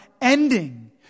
ending